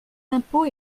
l’impôt